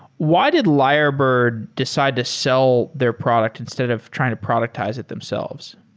why did lyrebird decide to sell their product, instead of trying to productize it themselves?